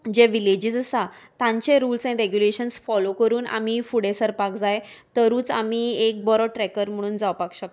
जे villages आसा तांचे rules and regulations follow करून आमी फुडें सरपाक जाय तरूच आमी एक बरो ट्रेकर म्हणून जावपाक शकता